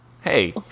Hey